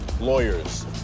lawyers